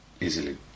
easily